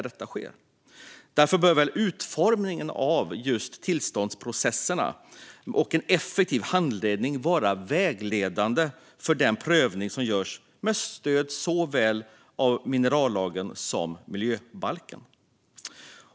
Därför behöver utformningen av tillståndsprocesserna och en effektiv handläggning vara vägledande för den prövning som görs med stöd av såväl minerallagen som miljöbalken.